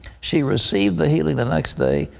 she received the healing the next day,